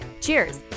Cheers